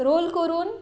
role करून